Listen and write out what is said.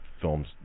films